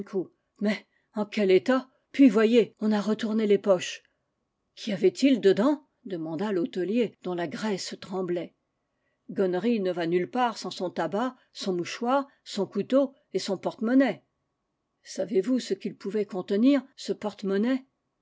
mais en quel état puis voyez on a retourné les poches qu'y avait-il dedans demanda l'hôtelier dont la graisse tremblait gonéry ne va nulle part sans son tabac son mouchoir son couteau et son porte-monnaie savez-vous ce qu'il pouvait contenir ce porte-monnaie